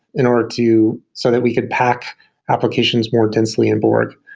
in order to so that we could pack applications more densely in borg.